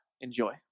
Enjoy